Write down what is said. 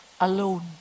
alone